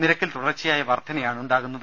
നിരക്കിൽ തുടർച്ചയായ വർധനയാണ് ഉണ്ടാകുന്നത്